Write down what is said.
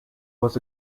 was